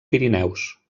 pirineus